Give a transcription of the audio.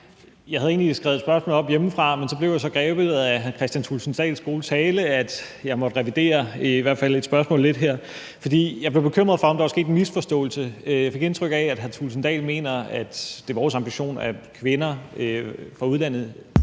Jeg havde egentlig skrevet et spørgsmål ned hjemmefra, men så blev jeg så grebet af hr. Kristian Thulesen Dahls gode tale, at jeg i hvert fald måtte revidere det spørgsmål lidt her, for jeg blev bekymret for, om der var sket en misforståelse. Jeg fik indtryk af, at hr. Kristian Thulesen Dahl mener, at det er vores ambition, at kvinder fra udlandet